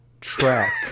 track